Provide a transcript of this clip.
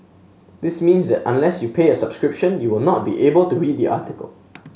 this means that unless you pay a subscription you will not be able to read the article